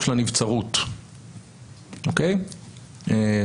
איתך שזה מצב נורא ואיום וטוב שיש לנו את עילת הסבירות שמונעת.